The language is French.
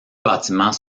bâtiments